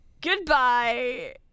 Goodbye